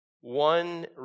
one